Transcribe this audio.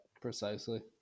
Precisely